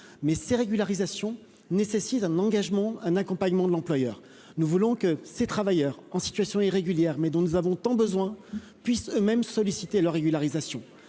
mais ces régularisations nécessite un engagement, un accompagnement de l'employeur, nous voulons que ces travailleurs en situation irrégulière, mais dont nous avons tant besoin puissent eux-mêmes solliciter leur régularisation,